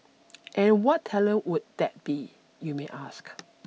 and what talent would that be you may ask